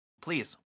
please